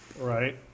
Right